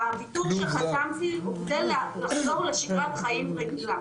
הויתור שחתמתי הוא כדי לחזור לשגרת חיים רגילה.